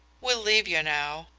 we'll leave you now.